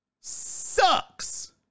Sucks